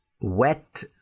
wet